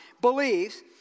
believes